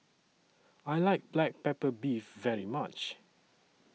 I like Black Pepper Beef very much